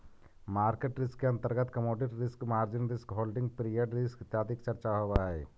market risk के अंतर्गत commodity risk, margin risk, holding period risk इत्यादि के चर्चा होवऽ हई